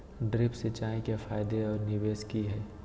Drip सिंचाई के फायदे और निवेस कि हैय?